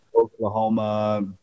Oklahoma